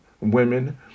women